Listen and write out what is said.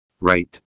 right